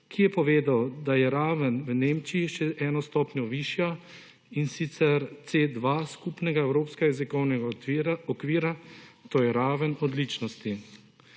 ki je povedal, da je raven v Nemčiji še eno stopnjo višja, in sicer C2 skupnega evropskega jezikovnega okvira, to je raven odličnosti.